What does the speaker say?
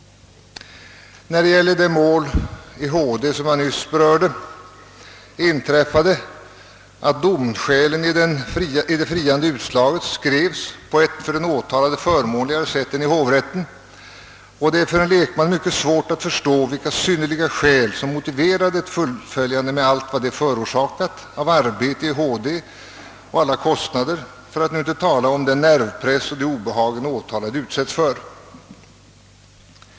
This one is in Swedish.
När det gäller det mål i högsta domstolen som jag nyss berörde inträffade, att domskälen i det friande utslaget skrevs på ett för den åtalade förmånligare sätt än i hovrätten, och det är för en lekman mycket svårt att förstå vilka »synnerliga skäl» det var som motiverade ett fullföljande med allt vad det förorsakat av arbete i högsta domstolen och kostnader för att nu inte tala om den nervpress och de obehag en åtalad utsättes för.